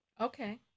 Okay